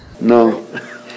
No